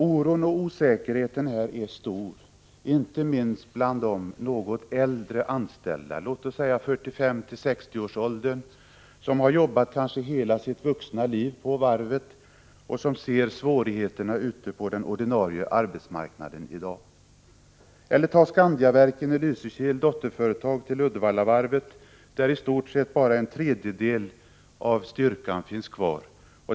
Oron och osäkerheten är stor, inte minst bland de något äldre anställda, låt oss säga mellan 45 och 60 år, som jobbat kanske hela sitt vuxna liv på varvet och ser svårigheterna ute på den ordinarie arbetsmarknadeni dag. På Skandiaverken i Lysekil, dotterföretag till Uddevallavarvet, är i stort sett bara en tredjedel av arbetsstyrkan kvar.